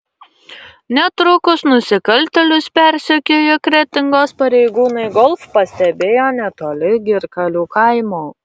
netrukus nusikaltėlius persekioję kretingos pareigūnai golf pastebėjo netoli girkalių kaimo